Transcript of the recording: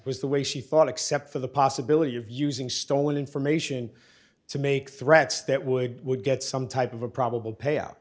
was the way she thought except for the possibility of using stolen information to make threats that would would get some type of a probable payout